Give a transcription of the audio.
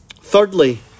Thirdly